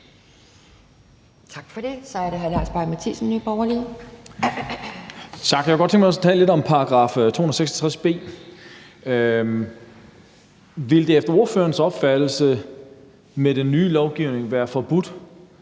Vil det efter ordførerens opfattelse med den nye lovgivning være forbudt